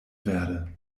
werde